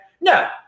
No